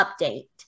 update